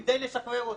כדי לשחרר אותם.